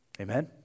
Amen